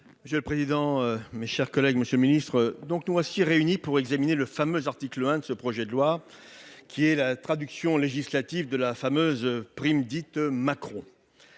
monsieur le ministre, mes chers collègues, nous voici réunis pour examiner le fameux article 1 de ce projet de loi, qui est la traduction législative de la fameuse prime dite Macron.